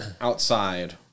outside